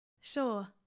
Sure